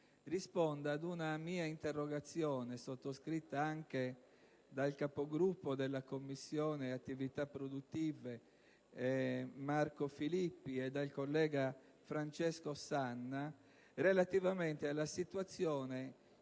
rispondano ad una mia interrogazione, sottoscritta anche dal capogruppo della Commissione attività produttive Marco Filippi e dal collega Francesco Sanna, relativamente alla situazione